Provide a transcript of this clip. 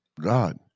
God